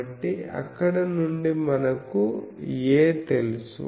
కాబట్టి అక్కడ నుండి మనకు A తెలుసు